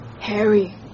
Harry